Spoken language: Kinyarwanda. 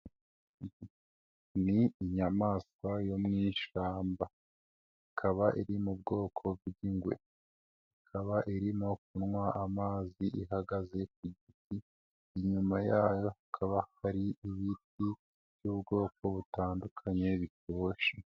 Ni inyamaswa yo mu ishyamba, ikaba iri mu bwoko bw'ingwe, ikaba irimo kunywa amazi ihagaze ku giti, inyuma yayo hakaba hari ibiti by'ubwoko butandukanye bitoshye.